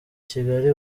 kigali